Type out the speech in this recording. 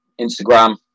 Instagram